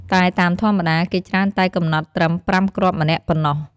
តែតាមធម្មតា គេច្រើនតែកំណត់ត្រឹម ៥ គ្រាប់ម្នាក់ប៉ុណ្ណោះ។